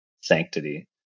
sanctity